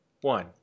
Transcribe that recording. one